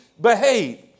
behave